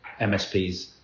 MSPs